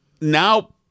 now